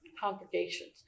congregations